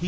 he